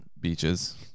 beaches